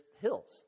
hills